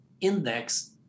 Index